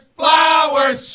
flowers